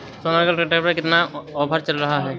Sonalika tractor में कितना offer चल रहा है?